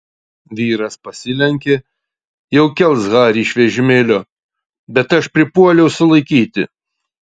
vyras pasilenkė jau kels harį iš vežimėlio bet aš pripuoliau sulaikyti